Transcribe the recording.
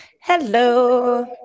hello